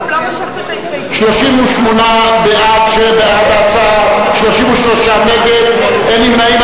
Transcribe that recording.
38 בעד, 33 נגד, אין נמנעים.